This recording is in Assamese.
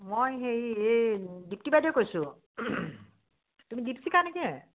মই হেৰি এই দিপ্তি বাইদেউয়ে কৈছোঁ তুমি দিপ্তিকা নেকি আ